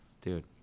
Dude